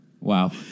Wow